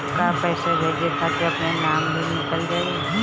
का पैसा भेजे खातिर अपने नाम भी लिकल जाइ?